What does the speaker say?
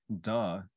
Duh